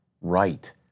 right